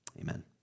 Amen